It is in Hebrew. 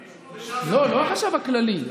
הגישו, לא, לא החשב הכללי.